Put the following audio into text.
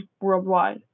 worldwide